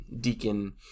deacon